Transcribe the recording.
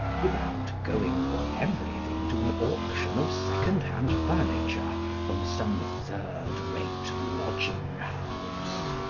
without going for everything to an auction of second-hand furniture from some third-rate lodging house.